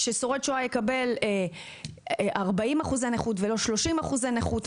ששורד שואה יקבל 40 אחוזי נכות ולא 30 אחוזי נכות?